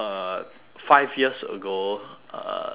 five years ago uh someone